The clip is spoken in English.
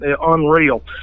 Unreal